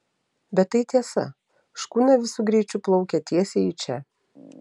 bet tai tiesa škuna visu greičiu plaukia tiesiai į čia